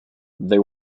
they